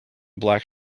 black